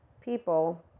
people